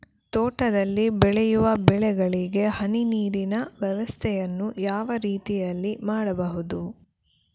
ತೋಟದಲ್ಲಿ ಬೆಳೆಯುವ ಬೆಳೆಗಳಿಗೆ ಹನಿ ನೀರಿನ ವ್ಯವಸ್ಥೆಯನ್ನು ಯಾವ ರೀತಿಯಲ್ಲಿ ಮಾಡ್ಬಹುದು?